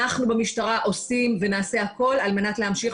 אנחנו במשטרה עושים ונעשה הכול על מנת להמשיך